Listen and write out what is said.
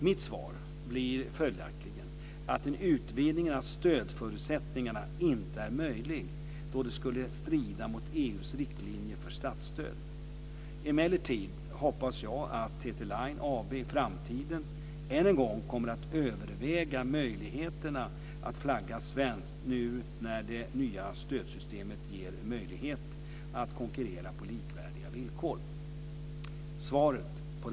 Mitt svar blir följaktligen att en utvidgning av stödförutsättningarna inte är möjlig då det skulle strida mot EU:s riktlinjer för statsstöd. Emellertid hoppas jag att TT-Line AB i framtiden än en gång kommer att överväga möjligheterna att flagga svenskt, nu när det nya stödsystemet ger möjlighet att konkurrera på likvärdiga villkor.